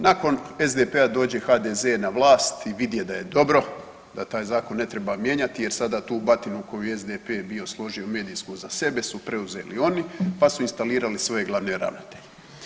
Nakon SDP-a dođe HDZ na vlast i vidje da je dobro, da taj zakon ne treba mijenjati jer sada tu batinu koju je SDP bio složio medijsku za sebe su preuzeli oni pa su instalirali svoje glavne ravnatelje.